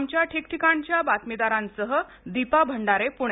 आमच्या ठिकठिकाणच्या बातमीदारांसह दीपा भंडारे पुणे